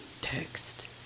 text